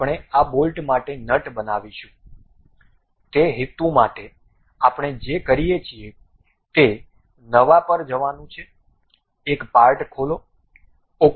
તે હેતુ માટે આપણે જે કરીએ છીએ તે નવા પર જવાનું છે એક પાર્ટ ખોલો ok